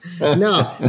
No